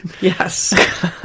Yes